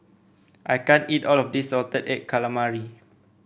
I can't eat all of this Salted Egg Calamari